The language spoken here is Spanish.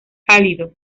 cálido